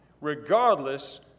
regardless